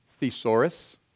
Thesaurus